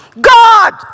God